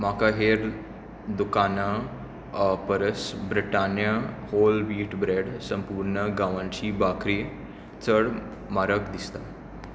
म्हाका हेर दुकानां परस ब्रिटानिया व्होल व्हिट ब्रेड संपूर्ण गांवांची भाकरी चड म्हारग दिसता